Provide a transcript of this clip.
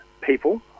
people